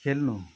खेल्नु